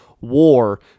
war